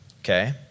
Okay